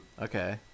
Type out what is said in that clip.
okay